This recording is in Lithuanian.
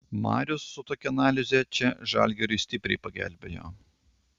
marius su tokia analize čia žalgiriui stipriai pagelbėjo